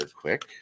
quick